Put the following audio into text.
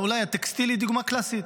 אולי הטקסטיל היא דוגמה קלאסית.